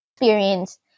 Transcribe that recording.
experience